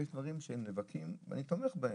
ויש דברים שהם נאבקים ואני תומך בהם.